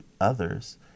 others